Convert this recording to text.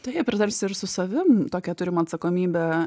taip ir dar ir su savim tokią turim atsakomybę